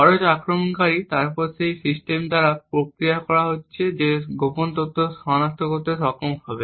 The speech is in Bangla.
খরচ আক্রমণকারী তারপর সেই সিস্টেম দ্বারা প্রক্রিয়া করা হচ্ছে যে গোপন তথ্য সনাক্ত করতে সক্ষম হবে